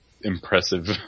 Impressive